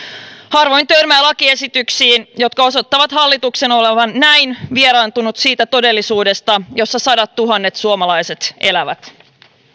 harvoin törmää lakiesityksiin jotka osoittavat hallituksen olevan näin vieraantunut siitä todellisuudesta jossa sadattuhannet suomalaiset elävät